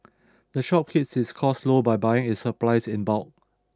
the shop keeps its costs low by buying its supplies in bulk